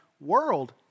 world